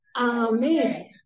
Amen